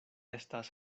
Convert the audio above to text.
estas